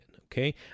okay